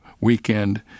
weekend